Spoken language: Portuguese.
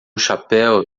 chapéu